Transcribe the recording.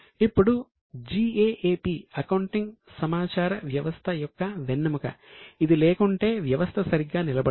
ఇప్పుడు GAAP accounting సమాచార వ్యవస్థ యొక్క వెన్నెముక ఇది లేకుంటే వ్యవస్థ సరిగ్గా నిలబడదు